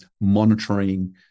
monitoring